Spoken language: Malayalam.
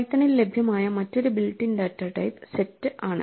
പൈത്തണിൽ ലഭ്യമായ മറ്റൊരു built in data type set ആണ്